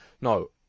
no